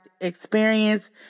experience